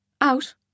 Out